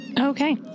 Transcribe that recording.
Okay